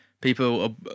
people